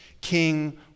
king